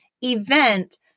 event